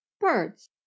Birds